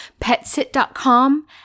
petsit.com